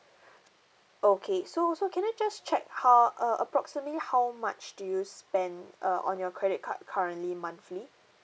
okay so so can I just check how uh approximately how much do you spend uh on your credit card currently monthly